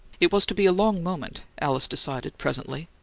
it was to be a long moment, alice decided, presently.